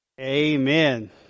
Amen